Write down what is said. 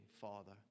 Father